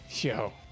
yo